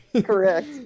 Correct